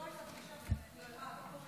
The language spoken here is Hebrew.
(תיקון, הצבעת חיילים),